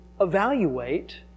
evaluate